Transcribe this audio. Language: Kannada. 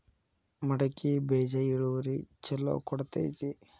ಮಡಕಿ ಬೇಜ ಇಳುವರಿ ಛಲೋ ಕೊಡ್ತೆತಿ?